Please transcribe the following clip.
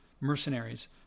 mercenaries